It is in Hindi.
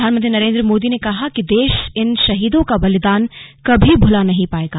प्रधानमंत्री नरेंद्र मोदी ने कहा कि देश इन शहीदों का बलिदान कभी भुला नहीं पायेगा